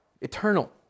Eternal